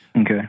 Okay